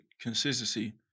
consistency